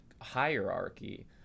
hierarchy